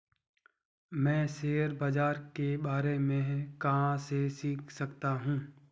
मैं शेयर बाज़ार के बारे में कहाँ से सीख सकता हूँ?